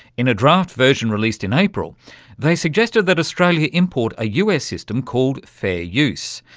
in a draft version released in april they suggested that australia import a us system called fair use.